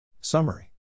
Summary